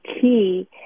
key